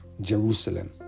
jerusalem